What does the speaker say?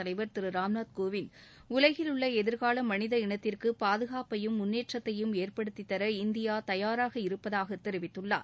தவைடிவர் திரு ராம்நாத் கோவிந்த் உலகிலுள்ள எதிர்கால மனித இனத்திற்கு பாதுகாப்பையும் முன்னேற்றத்தையும் ஏற்படுத்திதர இந்தியா தயாராக இருப்பதாக தெரிவித்துள்ளார்